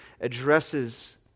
addresses